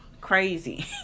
crazy